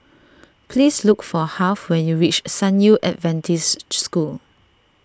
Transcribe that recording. please look for Harve when you reach San Yu Adventist School